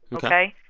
ok?